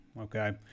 okay